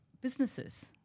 businesses